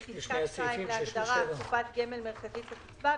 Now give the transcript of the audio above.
בפסקה (2) להגדרה "קופת גמל מרכזית לקצבה",